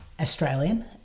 Australian